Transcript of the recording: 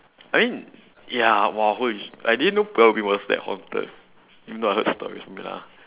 I mean ya !wah! !wow! holy shit I didn't know pulau ubin was that haunted even though I heard stories from it lah